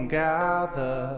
gather